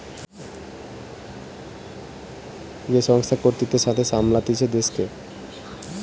যে সংস্থা কর্তৃত্বের সাথে সামলাতিছে দেশকে